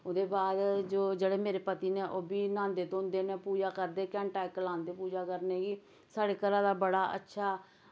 ओह्दे बाद जो जेह्ड़े मेरे पति नै ओह्बी न्हांदे धोंदे न पूजा करदे घैंटा इक लांदे पूजा करने गी साढ़े घरा दा बड़ा अच्छा